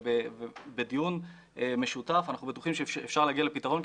בדיון משותף אנחנו בטוחים שאפשר להגיע לפתרון,